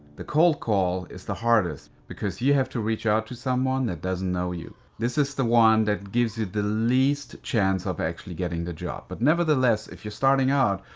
the cold call, is the hardest because you have to reach out to someone that doesn't know you. this is the one that give you the least chance of actually getting the job, but never the less, if you're starting out,